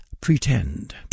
Pretend